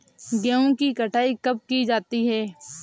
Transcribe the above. गेहूँ की कटाई कब की जाती है?